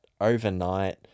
overnight